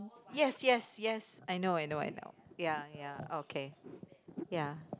yes yes yes I know I know I know ya ya okay ya